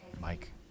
Mike